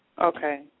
Okay